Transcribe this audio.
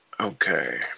Okay